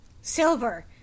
Silver